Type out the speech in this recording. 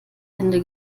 hände